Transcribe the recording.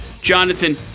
jonathan